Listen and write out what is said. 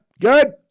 good